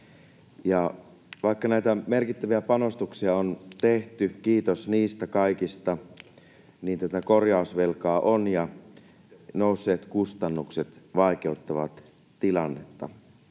Vaikka näitä merkittäviä panostuksia on tehty — kiitos niistä kaikista — niin korjausvelkaa on ja nousseet kustannukset vaikeuttavat tilannetta.